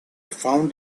found